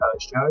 show